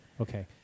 Okay